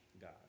god